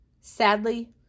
Sadly